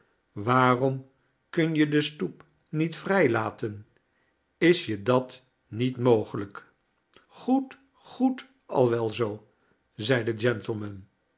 waarom kun je de stoep niet vrijlaten is je dat niet mogelijk goed goed al wel zoo zei de gentleman